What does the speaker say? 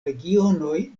regionoj